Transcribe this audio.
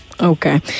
Okay